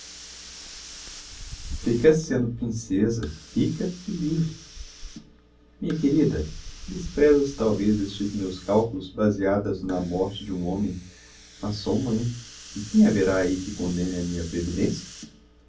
ficas sendo princêsa rica e livre minha querida desprezas talvez estes meus calculos baseados na morte de um homem mas sou mãe e quem haverá ahi que condemne a minha previdencia